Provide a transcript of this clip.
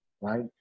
right